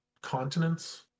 continents